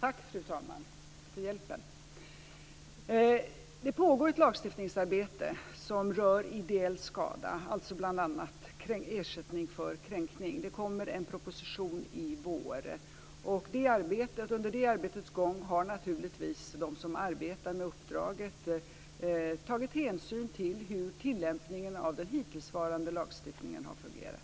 Fru talman! Det pågår ett lagstiftningsarbete som rör ideell skada, alltså bl.a. ersättning för kränkning. Det kommer en proposition i vår. Under det arbetets gång har naturligtvis de som arbetar med uppdraget tagit hänsyn till hur den hittillsvarande tillämpningen av lagstiftningen har fungerat.